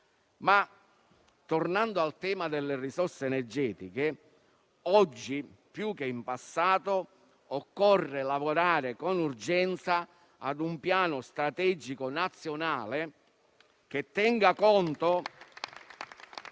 Tornando al tema delle risorse energetiche, oggi più che in passato occorre lavorare con urgenza ad un piano strategico nazionale,